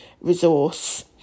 resource